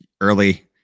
early